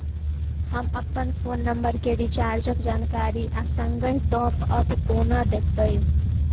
हम अप्पन phone number केँ रिचार्जक जानकारी आ संगहि टॉप अप कोना देखबै?